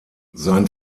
sein